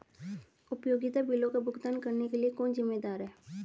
उपयोगिता बिलों का भुगतान करने के लिए कौन जिम्मेदार है?